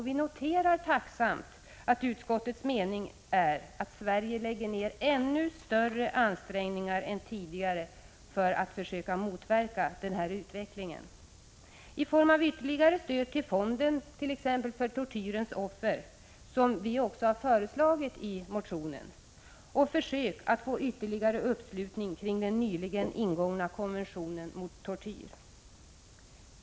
Vi noterar tacksamt att utskottets mening är att Sverige anstränger sig ännu mer än tidigare för att försöka motverka denna utveckling, t.ex. i form av ytterligare stöd till fonden för tortyrens offer, något som vi också föreslagit i motionen, och försök med att få ytterligare uppslutning kring den nyligen ingångna konventionen mot tortyr.